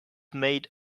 made